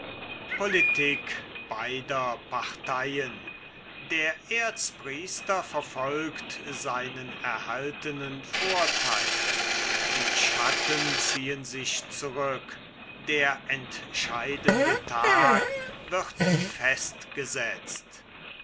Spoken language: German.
politik beider parteien der erzpriester verfolgt seinen erhaltenen vorteil die schatten ziehen sich zurück der entscheidende tag wird fest